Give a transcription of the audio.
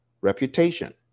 reputation